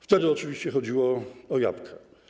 Wtedy oczywiście chodziło o jabłka.